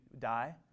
die